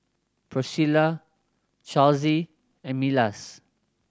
Pricilla Charlsie and Milas